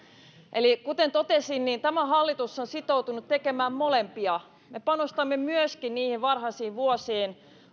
kuten totesin tämä hallitus on sitoutunut tekemään molempia me panostamme myöskin niihin varhaisiin vuosiin